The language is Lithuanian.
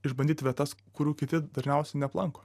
išbandyt vietas kurių kiti dažniausiai neaplanko